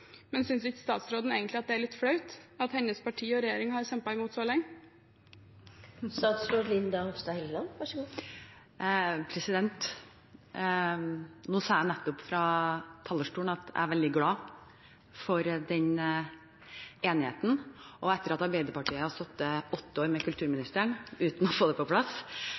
Men synes ikke statsråden det egentlig er litt flaut at hennes parti og regjering har kjempet imot så lenge? Nå sa jeg nettopp fra talerstolen at jeg er veldig glad for denne enigheten, og at det etter at Arbeiderpartiet har sittet åtte år med kulturministeren uten å få det på plass,